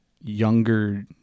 younger